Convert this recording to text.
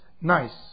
nice